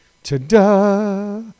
Ta-da